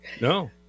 No